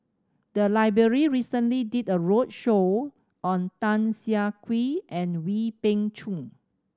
the library recently did a roadshow on Tan Siah Kwee and Wee Beng Chong